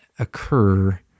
Occur